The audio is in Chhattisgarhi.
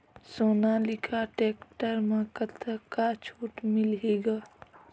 सोनालिका टेक्टर म कतका छूट मिलही ग?